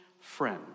friend